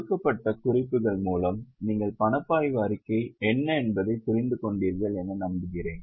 கொடுக்கப்பட்ட குறிப்புகள் மூலம் நீங்கள் பணப்பாய்வு அறிக்கை என்ன என்பதை புரிந்து கொண்டீர்கள் என்று நம்புகிறேன்